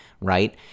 right